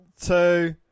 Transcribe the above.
two